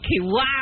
Wow